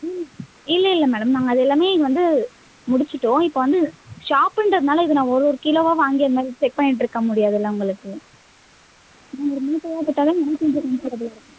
இல்லை இல்லல்லை மேடம் நாங்கள் அது எல்லாமே வந்து முடிச்சுட்டோம் இப்போ வந்து ஷாப்புன்றதுனால இதுல நான் ஒரு ஒரு கிலோவாக வாங்கி அது மாதிரி செக் பண்ணிட்டுருக்க முடியாதுலை உங்களுக்கு நீங்கள் மூட்டையாக கொடுத்தா தான்